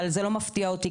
אבל זה לא מפתיע אותי,